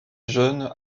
jeunes